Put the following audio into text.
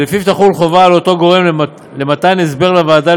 שלפיו תחול חובה על אותו גורם לתת הסבר לוועדה